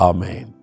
Amen